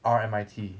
R_M_I_T